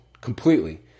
completely